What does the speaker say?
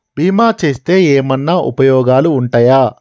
బీమా చేస్తే ఏమన్నా ఉపయోగాలు ఉంటయా?